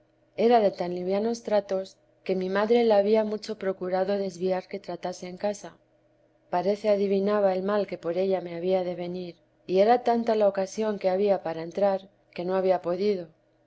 era de tan livianos tratos que mi madre la había mucho procurado desviar que tratase en casa parece adivinaba el mal que por ella me había de venir y era tanta la ocasión que había para entrar que no había podido